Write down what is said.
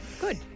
good